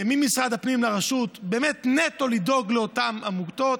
ממשרד הפנים לרשות, באמת נטו לדאוג לאותן עמותות,